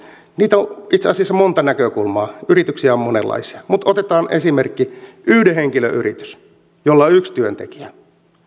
niitä on itse asiassa monta näkökulmaa yrityksiä on monenlaisia mutta otetaan esimerkki otetaan yhden henkilön yritys jolla on yksi työntekijä kun